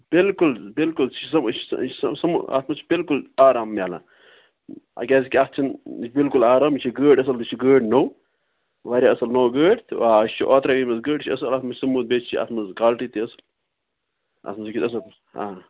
بِلکُل بِلکُل یہِ چھِ آسان سومو اَتھ منٛز چھِ بِلکُل آرام ملان کیٛازکہِ اَتھ چھِنہٕ بِلکُل آرام یہِ چھِ گٲڑۍ اَصٕل یہِ چھِ گٲڑۍ نو واریاہ اَصٕل نو گٲڑۍ تہٕ آ یہِ چھِ اوترَے أنۍ مٕژ گٲڑۍ اَتھ منٛز چھِ سومو بیٚیہِ چھِ اَتھ منٛز کالٹی تہِ حظ اَتھ منٛز آ